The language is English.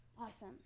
Awesome